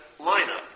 lineup